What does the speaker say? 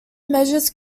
measures